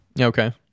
Okay